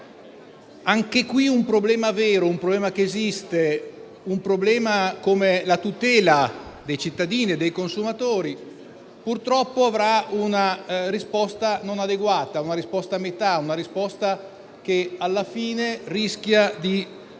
caso un problema vero e che esiste, un problema come la tutela dei cittadini e dei consumatori, purtroppo avrà una risposta non adeguata, una risposta a metà, una risposta che, da un lato, rischia di